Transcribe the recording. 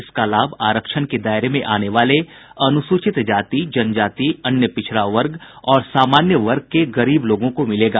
इसका लाभ आरक्षण के दायरे में आने वाले अनुसूचित जाति जनजाति अन्य पिछड़ा वर्ग और सामान्य वर्ग के गरीब लोगों को मिलेगा